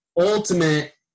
ultimate